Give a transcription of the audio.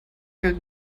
gilt